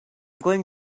going